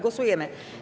Głosujemy.